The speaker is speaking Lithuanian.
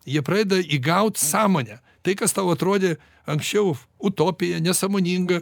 jie pradeda įgaut sąmonę tai kas tau atrodė anksčiau utopija nesąmoninga